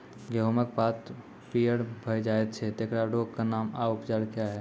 गेहूँमक पात पीअर भअ जायत छै, तेकरा रोगऽक नाम आ उपचार क्या है?